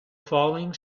falling